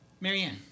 Marianne